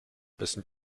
wessen